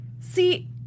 See